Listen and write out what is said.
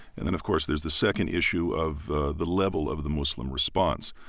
and then, of course, there's the second issue of ah the level of the muslim response.